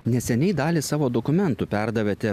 neseniai dalį savo dokumentų perdavėte